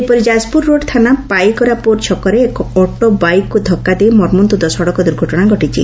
ସେହିପରି ଯାଜପୁର ରୋଡ଼ ଥାନା ପାଇକରାପୁର ଛକରେ ଏକ ଅଟୋ ବାଇକ୍କୁ ଧକ୍କା ଦେଇ ମର୍ମନ୍ତୁଦ ସଡ଼କ ଦୁର୍ଘଟଶା ଘଟିଛି